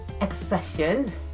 expressions